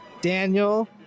Daniel